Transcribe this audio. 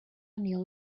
neil